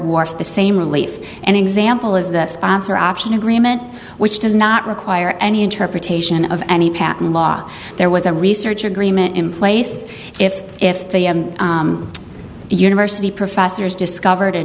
for the same relief and example is the sponsor option agreement which does not require any interpretation of any patent law there was a research agreement in place if if the university professors discovered a